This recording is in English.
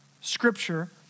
scripture